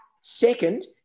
Second